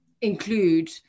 include